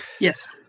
yes